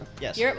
yes